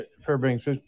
Fairbanks